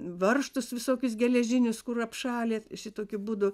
varžtus visokius geležinius kur apšalę šitokiu būdu